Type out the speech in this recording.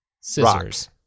scissors